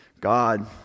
God